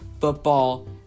football